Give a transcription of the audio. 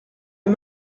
est